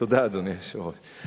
תודה, אדוני היושב-ראש.